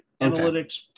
analytics